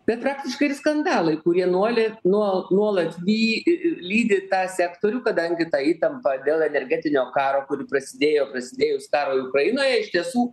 bet praktiškai ir skandalai kurie noli no nuolat vy lydi tą sektorių kadangi ta įtampa dėl energetinio karo kuri prasidėjo prasidėjus karui ukrainoje iš tiesų